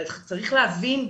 אבל צריך להבין גם,